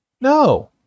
no